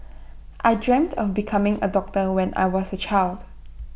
I dreamt of becoming A doctor when I was A child